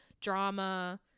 drama